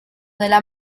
nella